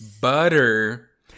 Butter